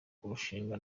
kurushinga